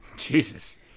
Jesus